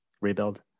rebuild